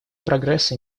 прогресса